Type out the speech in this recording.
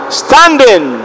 standing